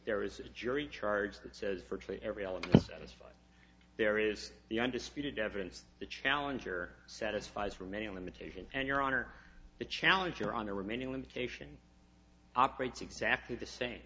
there is a jury charge that says virtually every element satisfied there is the undisputed evidence the challenger satisfies for many a limitation and your honor the challenger on the remaining limitation operates exactly the same